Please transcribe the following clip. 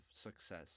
success